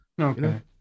okay